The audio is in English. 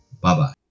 Bye-bye